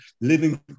living